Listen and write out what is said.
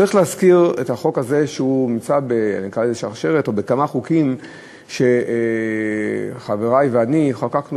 צריך להזכיר שהחוק הזה נמצא בשרשרת של כמה חוקים שחברי ואני חוקקנו